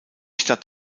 stadt